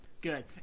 Good